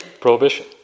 Prohibition